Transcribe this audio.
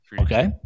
Okay